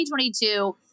2022